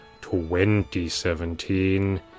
2017